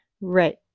Right